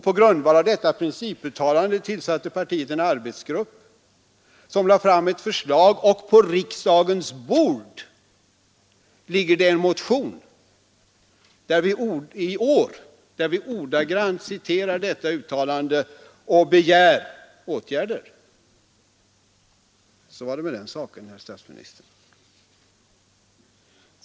På grundval av detta principuttalande tillsatte partiet en arbetsgrupp som lade fram ett förslag, och på riksdagens bord ligger i år en motion, där vi ordagrant citerar detta uttalande och begär åtgärder. Så var det med den saken, herr statsminister.